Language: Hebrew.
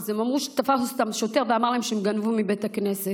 אז הם אמרו שתפס אותם שוטר ואמר להם שהם גנבו מבית הכנסת.